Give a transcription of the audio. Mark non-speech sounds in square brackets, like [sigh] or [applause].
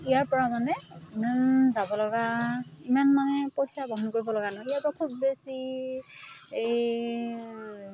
ইয়াৰ পৰা মানে ইমান যাব লগা ইমান মানে পইচা বহন কৰিব লগা নহয় ইয়াত [unintelligible]